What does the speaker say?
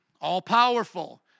All-powerful